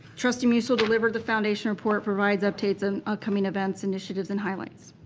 trustee musil delivered the foundation report for rides, updates, and upcoming events, initiatives, and highlights.